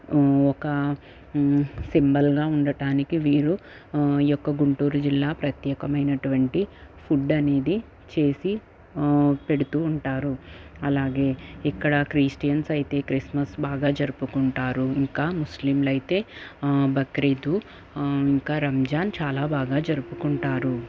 ఒక సింబల్గా ఉండటానికి వీరు ఈ యొక్క గుంటూరు జిల్లా ప్రత్యేకమైనటువంటి ఫుడ్ అనేది చేసి పెడుతూ ఉంటారు అలాగే ఇక్కడ క్రిస్టియన్స్ అయితే క్రిస్మస్ బాగా జరుపుకుంటారు ఇంకా ముస్లింలైతే బక్రీదు ఇంకా రంజాన్ చాలా బాగా జరుపుకుంటారు